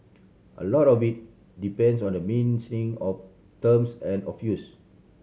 a lot of it depends on the mean thing of terms and of use